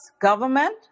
government